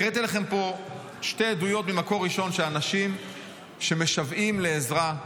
הקראתי לכם פה שתי עדויות ממקור ראשון של אנשים שמשוועים לעזרה.